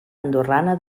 andorrana